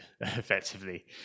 effectively